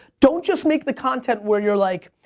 don't just make the content where you're like,